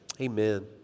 amen